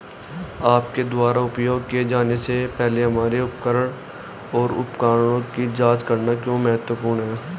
आपके द्वारा उपयोग किए जाने से पहले हमारे उपकरण और उपकरणों की जांच करना क्यों महत्वपूर्ण है?